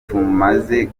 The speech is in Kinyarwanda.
tumaze